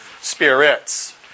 spirits